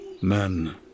Men